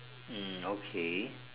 hmm okay